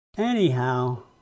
Anyhow